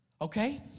okay